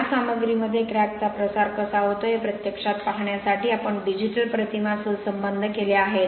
या सामग्रीमध्ये क्रॅकचा प्रसार कसा होतो हे प्रत्यक्षात पाहण्यासाठी आपण डिजिटल प्रतिमा सहसंबंध केले आहेत